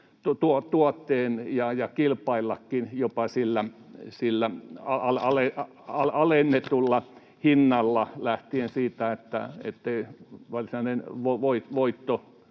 jopa kilpaillakin sillä alennetulla hinnalla lähtien siitä, että